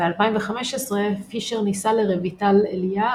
ב-2015 פישר נישא לרויטל אליה,